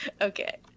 okay